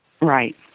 Right